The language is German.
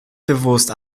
bewusst